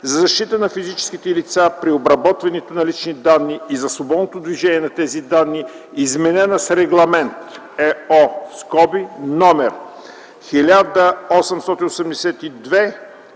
за защита на физическите лица при обработването на лични данни и за свободното движение на тези данни, изменена с Регламент (ЕО) №